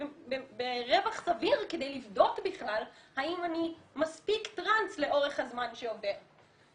ברווח סביר כדי לבדוק בכלל האם אני מספיק טרנס לאורך הזמן שעובר.